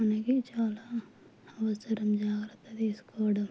మనకి చాలా అవసరం జాగ్రత్త తీసుకోవడం